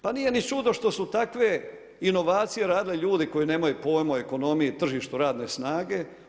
Pa nije ni čudo što su takve inovacije radili ljudi koji nemaju pojma o ekonomiji, tržištu radne snage.